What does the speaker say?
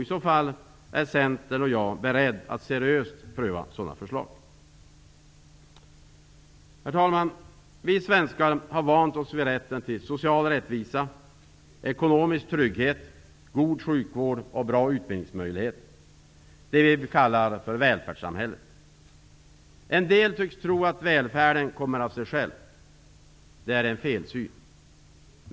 I så fall är Centern och jag beredd att seriöst pröva sådana förslag. Herr talman! Vi svenskar har vant oss vid rätten till social rättvisa, ekonomisk trygghet, god sjukvård och bra utbildningsmöjligheter, dvs. det vi kallar välfärdssamhället. En del tycks tro att välfärden kommer av sig själv. Det är en felsyn.